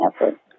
effort